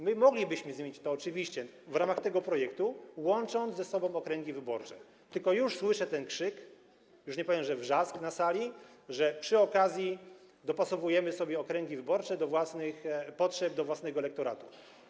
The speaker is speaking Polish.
My moglibyśmy to oczywiście zmienić w ramach tego projektu, łącząc ze sobą okręgi wyborcze, tylko już słyszę ten krzyk - już nie powiem: wrzask - na sali, że przy okazji dopasowujemy sobie okręgi wyborcze do własnych potrzeb, do własnego elektoratu.